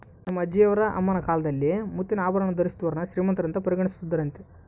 ನನ್ನ ಅಜ್ಜಿಯವರ ಅಮ್ಮನ ಕಾಲದಲ್ಲಿ ಮುತ್ತಿನ ಆಭರಣವನ್ನು ಧರಿಸಿದೋರ್ನ ಶ್ರೀಮಂತರಂತ ಪರಿಗಣಿಸುತ್ತಿದ್ದರಂತೆ